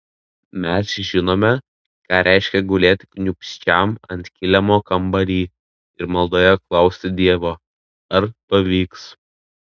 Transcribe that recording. mes žinome ką reiškia gulėt kniūbsčiam ant kilimo kambary ir maldoje klausti dievo ar pavyks